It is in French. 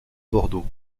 bordeaux